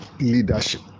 leadership